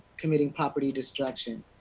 committing property destruction.